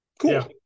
cool